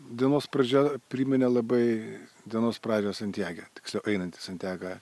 dienos pradžia priminė labai dienos pradžią santjage tiksliau einant į santjagą